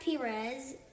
Perez